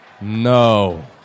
No